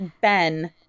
Ben